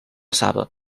saba